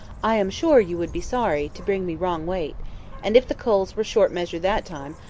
i am sure you would be sorry to bring me wrong weight and if the coals were short measure that time,